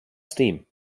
steam